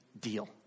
deal